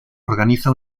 organiza